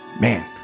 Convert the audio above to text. Man